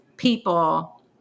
people